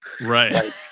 Right